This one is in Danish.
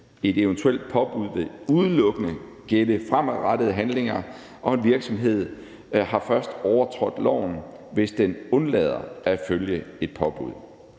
Et eventuelt påbud vil udelukkende gælde fremadrettede handlinger, og en virksomhed har først overtrådt loven, hvis den undlader at følge et påbud.